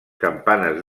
campanes